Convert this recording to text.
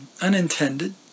unintended